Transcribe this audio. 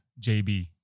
JB